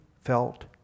felt